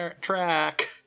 track